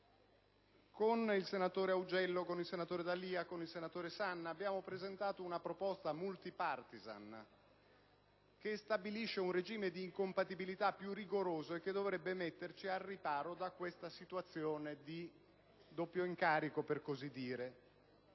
Con i senatori Augello, D'Alia e Sanna, abbiamo presentato una proposta *multipartisan* che stabilisce un regime di incompatibilità più rigoroso e che dovrebbe metterci al riparo da questa situazione di doppio incarico, per così dire.